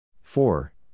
four